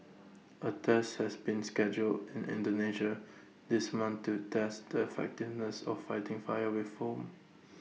A test has been scheduled in Indonesia this month to test the fighting this of fighting fire with foam